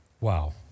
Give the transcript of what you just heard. Wow